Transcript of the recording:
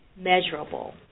measurable